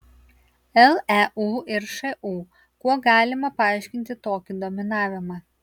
leu ir šu kuo galima paaiškinti tokį dominavimą